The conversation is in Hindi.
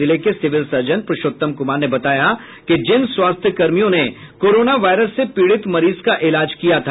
जिले के सिविल सर्जन प्रूरषोत्तम कुमार ने बताया कि जिन स्वास्थ्य कर्मियों ने कोरोना वायरस से पीड़ित मरीज का इलाज किया था